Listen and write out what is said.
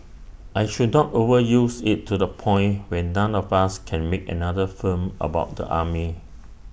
I should not overuse IT to the point where none of us can make another film about the army